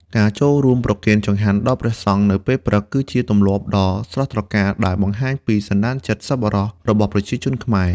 ការចូលរួមប្រគេនចង្ហាន់ដល់ព្រះសង្ឃនៅពេលព្រឹក គឺជាទម្លាប់ដ៏ស្រស់ត្រកាលដែលបង្ហាញពីសន្តានចិត្តសប្បុរសរបស់ប្រជាជនខ្មែរ។